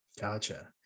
Gotcha